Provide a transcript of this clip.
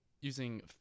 using